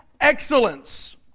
excellence